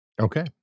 Okay